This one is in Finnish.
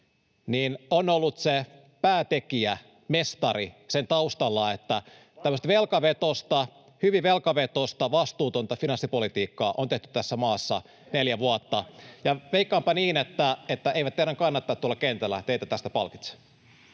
on ollut se päätekijä, mestari, sen taustalla, että tämmöistä velkavetoista, hyvin velkavetoista, vastuutonta finanssipolitiikkaa on tehty tässä maassa neljä vuotta. [Tuomas Kettunen: Ei pidä paikkaansa!] Ja veikkaanpa niin, että eivät teidän kannattajanne tuolla kentällä teitä tästä palkitse.